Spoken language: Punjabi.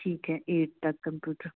ਠੀਕ ਹੈ ਏਟਥ ਤੱਕ ਗੁੱਡ